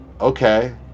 okay